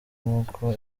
nk’uko